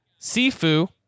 Sifu